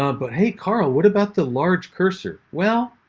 um but hey, karl, what about the large cursor? well,